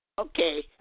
Okay